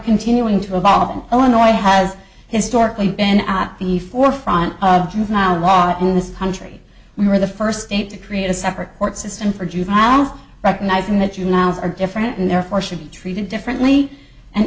continuing to evolve in illinois has historically been at the forefront of juvenile law in this country we were the first state to create a separate court system for juveniles recognizing that you nouns are different and therefore should be treated differently and